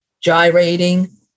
gyrating